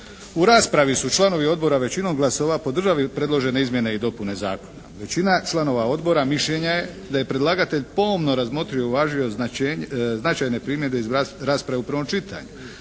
U raspravi su članovi odbora većinom glasova podržali predložene izmjene i dopune zakona. Većina članova odbora mišljenja je da je predlagatelj pomno razmotrio i uvažio značajne primjedbe iz rasprave u prvom čitanju.